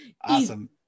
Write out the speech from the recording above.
Awesome